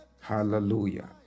Hallelujah